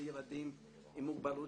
יש עניין של קבלת הילד בבית הספר ובגן,